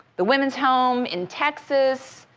the women's home in texas,